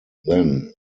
then